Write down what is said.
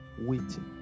waiting